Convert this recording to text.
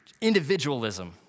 individualism